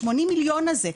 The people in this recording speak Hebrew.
ה-80 מיליון הזה,